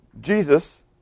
Jesus